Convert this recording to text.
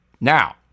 Now